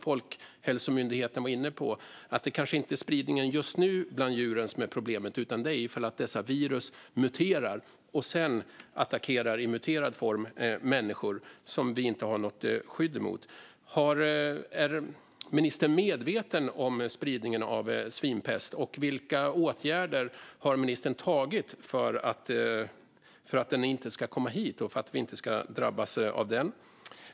Folkhälsomyndigheten var ju inne på precis det: Det kanske inte är spridningen just nu bland djuren som är problemet, utan det handlar om ifall dessa virus muterar och sedan i muterad form, som vi inte har något skydd emot, attackerar människor. Är ministern medveten om spridningen av svinpest? Vilka åtgärder har ministern vidtagit för att den inte ska komma hit och för att vi inte ska drabbas av den?